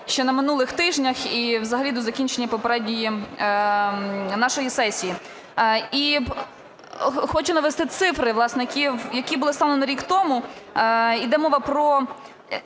ще на минулих тижнях і взагалі до закінчення попередньої нашої сесії. І хочу навести цифри, власне, які були станом на рік тому. Іде мова про